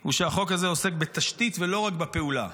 הוא שהחוק הזה עוסק בתשתית ולא רק בפעולה.